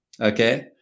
okay